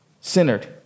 centered